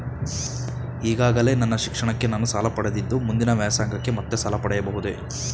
ಈಗಾಗಲೇ ನನ್ನ ಶಿಕ್ಷಣಕ್ಕೆ ನಾನು ಸಾಲ ಪಡೆದಿದ್ದು ಮುಂದಿನ ವ್ಯಾಸಂಗಕ್ಕೆ ಮತ್ತೆ ಸಾಲ ಪಡೆಯಬಹುದೇ?